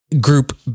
group